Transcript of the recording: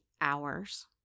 hours